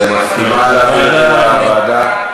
את מסכימה להעביר את זה לוועדה?